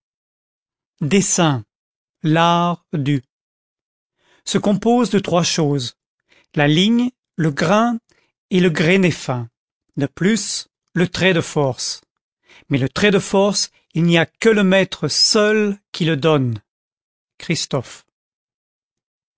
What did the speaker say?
dessin l'art du se compose de trois choses le ligne le grain et le grainé fin de plus le trait de force mais le trait de force il n'y a que le maître seul qui le donne